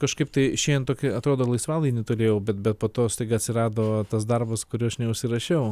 kažkaip tai šiandien tokį atrodo laisvadienį turėjau bet bet po to staiga atsirado tas darbas kurio aš neužsirašiau